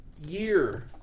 year